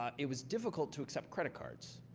it was difficult to accept credit cards.